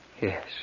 Yes